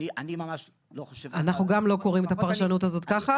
אני ממש לא חושב ככה.